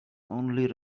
only